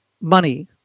money